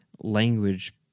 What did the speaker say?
language